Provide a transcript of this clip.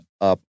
up